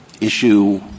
issue